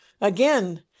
Again